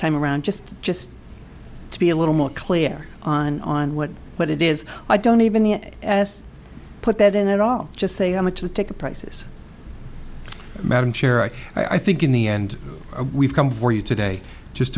time around just just to be a little more clear on on what what it is i don't even get as put that in at all just say how much the ticket prices madam chair and i think in the end we've come for you today just